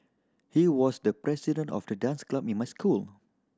he was the president of the dance club in my school